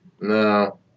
No